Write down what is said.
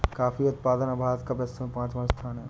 coffee उत्पादन में भारत का विश्व में पांचवा स्थान है